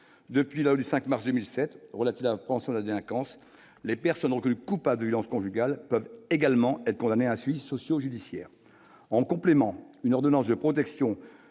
depuis le 5 mars 2007 on a-t-il un pensionnat la délinquance, les personnes reconnues coupables lance conjugales peuvent également être condamné à ainsi socio-judiciaire en complément, une ordonnance de protection